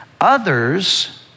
others